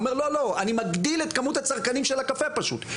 אמרו לא אני מגדיל את כמות הצרכנים של הקפה פשוט,